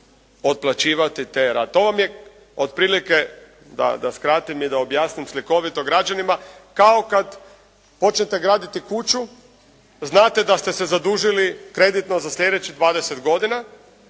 otplaćivati te rate. To vam je otprilike da skratim i da objasnim slikovito građanima kao kada hoćete graditi kuću, znate da ste se zadužili kreditno za sljedećih 20 godina.